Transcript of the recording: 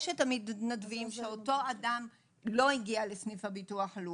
יש את המתנדבים שאם אותו אדם לא הגיע לסניף הביטוח הלאומי,